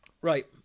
Right